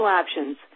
options